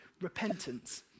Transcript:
repentance